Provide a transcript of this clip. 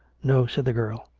no said the girl.